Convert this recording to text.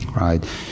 Right